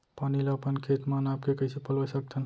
पानी ला अपन खेत म नाप के कइसे पलोय सकथन?